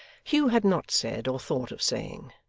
hugh had not said or thought of saying,